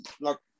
look